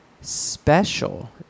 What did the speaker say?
special